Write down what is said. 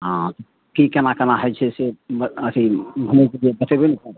हँ की केना केना हइ छै से अथी घुमै कऽ लेल बतेबै ने तब